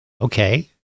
Okay